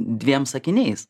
dviem sakiniais